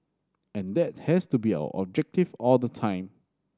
and that has to be our objective all the time